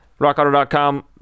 RockAuto.com